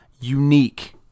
unique